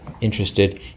interested